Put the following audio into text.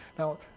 Now